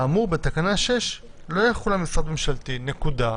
האמור בתקנה 6 לא יחול על משרד ממשלתי, נקודה.